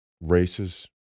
races